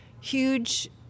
huge